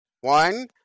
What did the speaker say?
One